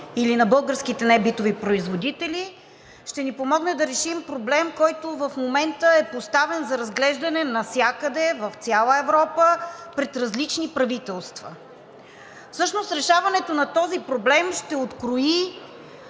или на българските небитови производители, ще ни помогне да решим проблем, който в момента е поставен за разглеждане навсякъде в цяла Европа пред различни правителства. Всъщност решаването на този проблем ще открои